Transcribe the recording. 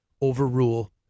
overrule